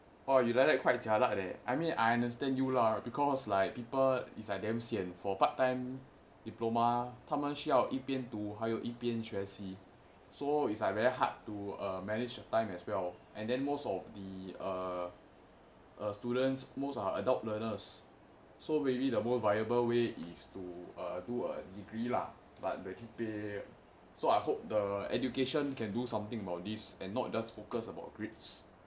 orh you like quite jialat eh I mean I understand you lah because like people is like damn sian for part time diploma 他们需要一边读还有一边学习 so it's like very hard to manage your time as well and then most of the err uh students most are adult learners so maybe the most viable way is to uh do a degree lah but the G_P_A so I hope the education can do something about this and not just focus on grades